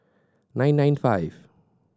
nine nine five